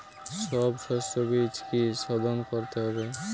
সব শষ্যবীজ কি সোধন করতে হবে?